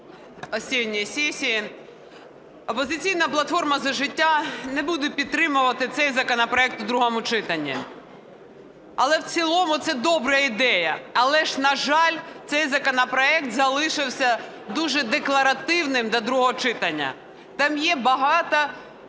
осінньої сесії. "Опозиційна платформа – За життя" не буде підтримувати цей законопроект у другому читанні. Але в цілому це добра ідея. Але ж, на жаль, цей законопроект залишився дуже декларативним до другого читання, там є багато